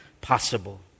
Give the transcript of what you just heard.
possible